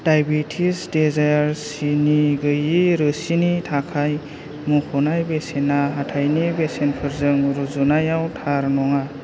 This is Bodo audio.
डायबेटिस डेजायार सिनि गोयि रोसिनि थाखाय मुंख'नाय बेसेना हाथायनि बेसेनफोरजों रुजुनायाव थार नङा